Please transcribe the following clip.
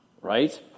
Right